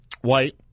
white